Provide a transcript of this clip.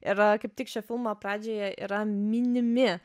yra kaip tik šio filmo pradžioje yra minimi